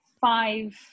five